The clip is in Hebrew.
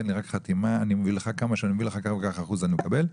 הם מבקשים רק חתימה ואומרים שמהסכום שהם יקבלו,